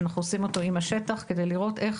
שאנחנו עושים אותו עם השטח כדי לראות איך